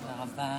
תודה רבה,